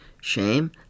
shame